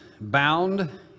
bound